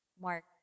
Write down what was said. Mark